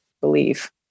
believe